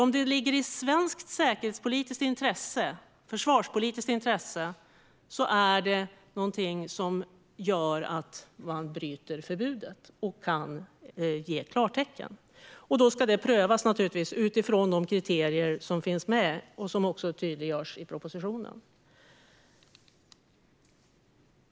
Om det ligger i svenskt säkerhetspolitiskt och försvarspolitiskt intresse kan man bryta förbudet och ge klartecken. Då ska det naturligtvis prövas utifrån de kriterier som finns och som också tydliggörs i propositionen.